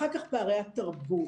אחר כך פערי התרבות.